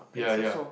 ya ya